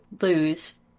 lose